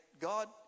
God